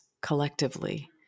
collectively